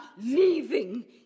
leaving